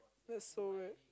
that's so weird